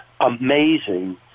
amazing